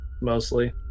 mostly